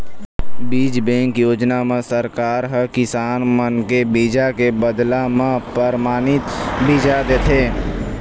बीज बेंक योजना म सरकार ह किसान मन के बीजा के बदला म परमानित बीजा देथे